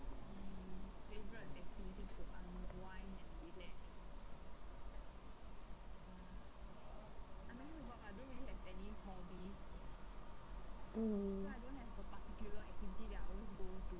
mm